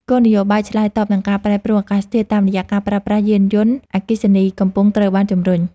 គោលនយោបាយឆ្លើយតបនឹងការប្រែប្រួលអាកាសធាតុតាមរយៈការប្រើប្រាស់យានយន្តអគ្គិសនីកំពុងត្រូវបានជំរុញ។